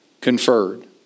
conferred